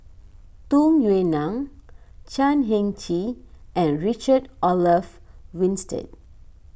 Tung Yue Nang Chan Heng Chee and Richard Olaf Winstedt